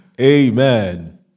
Amen